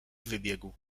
wybiegł